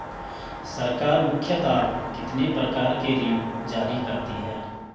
सरकार मुख्यतः कितने प्रकार के ऋण जारी करती हैं?